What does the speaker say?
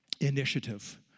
initiative